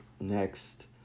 Next